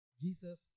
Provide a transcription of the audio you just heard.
Jesus